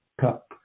cup